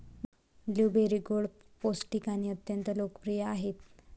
blueberry गोड, पौष्टिक आणि अत्यंत लोकप्रिय आहेत